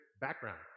background